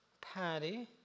Patty